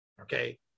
okay